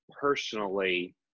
personally